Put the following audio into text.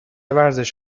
ورزش